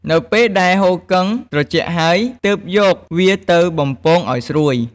នៅពេលដែលហ៊ូគឹងត្រជាក់ហើយ ទើបយកវាទៅ បំពងឱ្យស្រួយ។